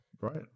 right